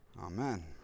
Amen